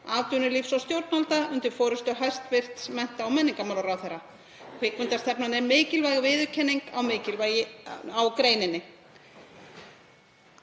atvinnulífs og stjórnvalda undir forystu hæstv. mennta- og menningarmálaráðherra. Kvikmyndastefnan er mikilvæg viðurkenning á greininni.